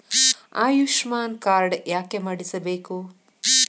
Ayushman card ಯಾಕೆ ಮಾಡಿಸಬೇಕು?